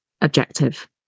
objective